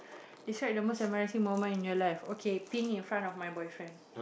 beside the most embarassing moment in your life okay peeing in front of my boyfriend